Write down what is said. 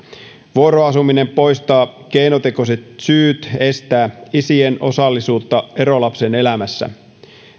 vuoroasuminen poistaa keinotekoiset syyt estää isien osallisuutta erolapsen elämässä